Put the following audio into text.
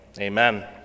amen